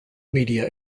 media